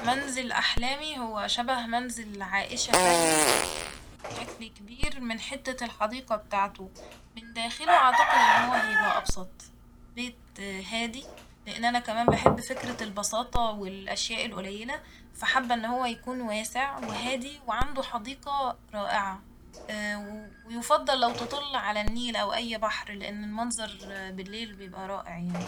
منزل أحلامي هو شبه منزل عائشة فهمي بشكل كبير من حتة الحديقة بتاعته من داخله أعتقد إن هو هيبقى أبسط ، بيت هادي لإن أنا كمان بحب فكرة البساطة والأشياء القليلة فحابه إن هو يكون واسع وهادي وعنده حديقة رائعة ويفضل لو تطل على النيل أو أي بحر لإن المنظر بالليل بيبقى رائع يعني